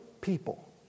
people